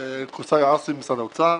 אני ממשרד האוצר.